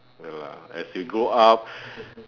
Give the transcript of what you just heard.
ya lah as you grow up